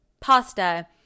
pasta